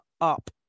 up